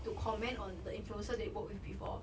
to comment on the influencer they work with before